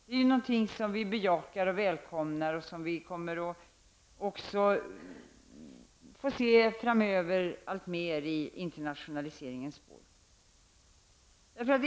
Det är någonting som vi bejakar och välkomnar och som vi kommer att få se framöver alltmer i internationaliseringens spår.